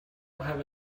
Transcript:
have